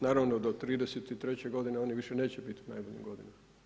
Naravno do 33 godine oni više neće biti u najboljim godinama.